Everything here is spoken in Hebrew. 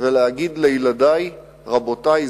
ולהגיד לילדי: רבותי,